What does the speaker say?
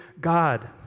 God